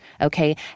okay